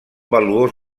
valuós